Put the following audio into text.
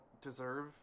deserve